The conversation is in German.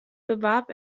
bewarb